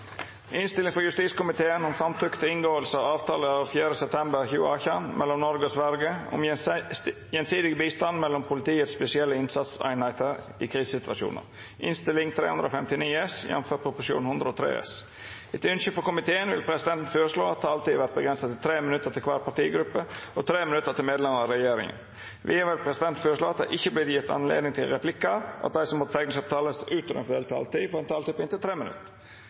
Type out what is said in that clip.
Etter ynske frå justiskomiteen vil presidenten føreslå at taletida vert avgrensa til 3 minutt til kvar partigruppe og 3 minutt til medlemer av regjeringa. Vidare vil presidenten føreslå at det ikkje vert gjeve anledning til replikkar, og at dei som måtte teikna seg på talarlista utover den fordelte taletida, får ei taletid på inntil 3 minutt.